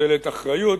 מוטלת אחריות